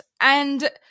and-